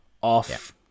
off